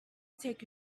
take